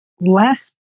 less